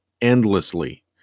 endlessly